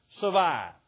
survive